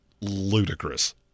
ludicrous